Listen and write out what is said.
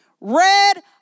red